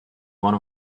one